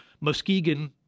Muskegon